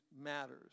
matters